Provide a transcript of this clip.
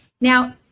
Now